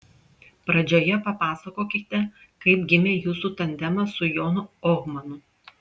pradžioje papasakokite kaip gimė jūsų tandemas su jonu ohmanu